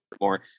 more